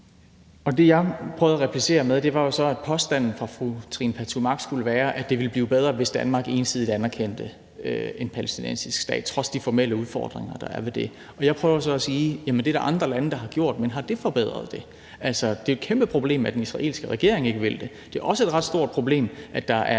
Det, jeg prøvede at replicere med, var så, at påstanden fra fru Trine Pertou Mach skulle være, at det ville være bedre, hvis Danmark ensidigt anerkendte en palæstinensisk stat trods de formelle udfordringer, der er ved det. Jeg prøver så at sige, at det er der andre lande der har gjort. Men har det forbedret det? Det er jo et kæmpeproblem, at den israelske regering ikke vil det. Det er også et ret stort problem, at der er